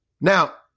Now